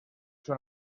son